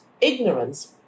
ignorance